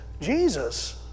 Jesus